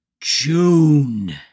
June